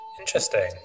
Interesting